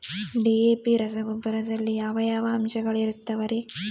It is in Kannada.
ಡಿ.ಎ.ಪಿ ರಸಗೊಬ್ಬರದಲ್ಲಿ ಯಾವ ಯಾವ ಅಂಶಗಳಿರುತ್ತವರಿ?